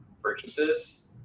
purchases